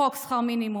חוק שכר מינימום,